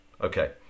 Okay